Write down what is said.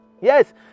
Yes